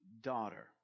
daughter